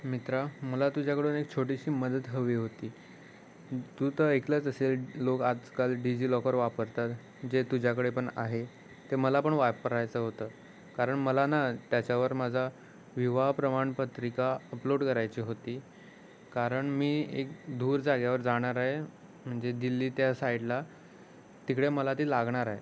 मित्रा मला तुझ्याकडून एक छोटीशी मदत हवी होती तू तर ऐकलंच असेल लोक आजकाल डिजिलॉकर वापरतात जे तुझ्याकडे पण आहे ते मला पण वापरायचं होतं कारण मला ना त्याच्यावर माझा विवाह प्रमाणपत्रिका अपलोड करायची होती कारण मी एक दूर जाग्यावर जाणार आहे म्हणजे दिल्ली त्या साईडला तिकडे मला ती लागणार आहे